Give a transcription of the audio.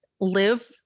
live